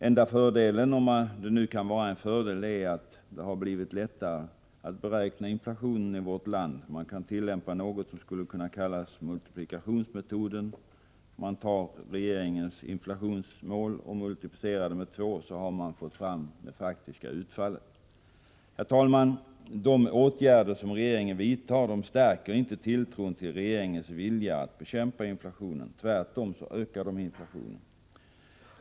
Enda fördelen som kan noteras — om det nu är en fördel — är att det har blivit lättare att beräkna inflationen i vårt land. Man tillämpar vad som skulle kunna kallas multiplikationsmetoden. Man tar regeringens inflationsmål och multiplicerar det med 2. Då har man fått fram det faktiska utfallet. Herr talman! De åtgärder som regeringen vidtar stärker inte tilltron till regeringens vilja att bekämpa inflationen. Tvärtom ökar de inflationen.